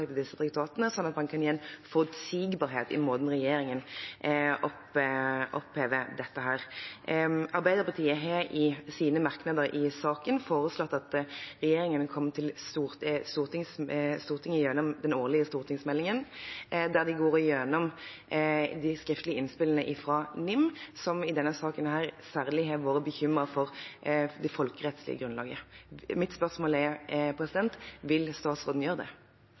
disse traktatene, slik at en kan gi en forutsigbarhet i måten regjeringen håndterer dette på. Arbeiderpartiet har i sine merknader i saken forutsatt at regjeringen kommer til Stortinget gjennom den årlige stortingsmeldingen der de går igjennom skriftlige innspillene fra NIM, som i denne saken særlig har vært bekymret for det folkerettslige grunnlaget. Mitt spørsmål er: Vil statsråden gjøre det?